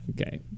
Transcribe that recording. okay